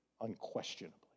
unquestionably